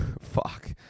fuck